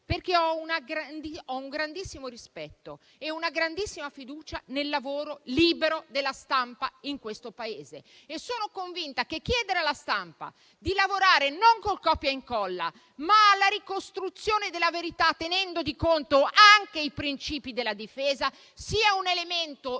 perché ho un grandissimo rispetto e una grandissima fiducia nel lavoro libero della stampa in questo Paese. E sono convinta che chiedere alla stampa di lavorare non con il copia e incolla, ma alla ricostruzione della verità, tenendo conto anche dei principi della difesa, sia un elemento di